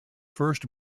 first